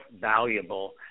valuable